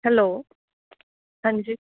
hello ਹਾਂਜੀ